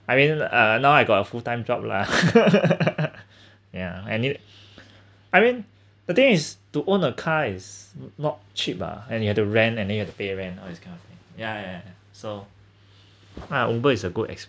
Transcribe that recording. I mean uh now I got a full time job lah yeah and it I mean the thing is to own a car is no~ not cheap ah and you had to rent and then you had to pay rent all this kind of thing yeah yeah so uh Uber is a good ex~